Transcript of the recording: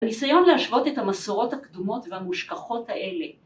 ‫ניסיון להשוות את המסורות הקדומות ‫והמושכחות האלה.